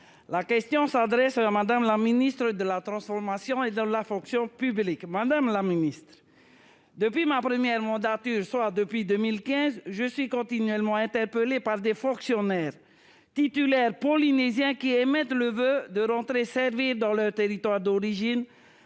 Ma question s'adresse à Mme la ministre de la transformation et de la fonction publiques. Madame la ministre, depuis ma première mandature, soit depuis 2015, je suis continuellement interpellée par des fonctionnaires titulaires polynésiens qui émettent le voeu de rentrer servir dans leur territoire d'origine